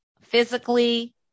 physically